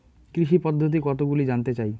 কৃষি পদ্ধতি কতগুলি জানতে চাই?